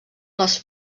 les